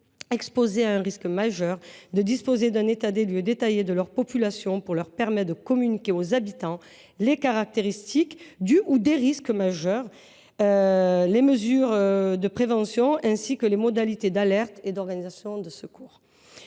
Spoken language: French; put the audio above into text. exposées à un risque majeur de pouvoir disposer d’un état des lieux détaillé de leur population, de telle sorte qu’elles puissent communiquer à leurs habitants les caractéristiques du ou des risques majeurs, les mesures de prévention, ainsi que les modalités d’alerte et d’organisation des secours.